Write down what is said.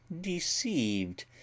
deceived